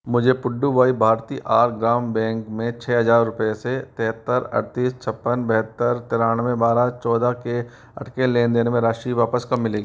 मुझे Puduvai Bharathiar Grama bank में छः हजार रुपए से तिहत्तर अड़तीस छप्पन बहत्तर तिरानवे बारह चौदह के अटके लेनदेन में राशि वापस कब मिलेगी